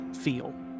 feel